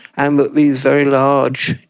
and that these very large,